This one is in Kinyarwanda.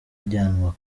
ajyanwa